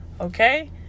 okay